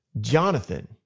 Jonathan